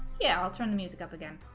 yeah i'll turn the music up again